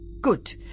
Good